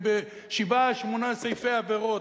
בשבעה-שמונה סעיפי עבירות.